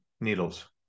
needles